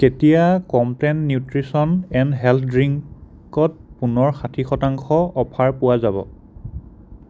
কেতিয়া Complan nutrition and health ড্ৰিংকত পুনৰ ষাঠি শতাংশ অফাৰ পোৱা যাব